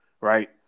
right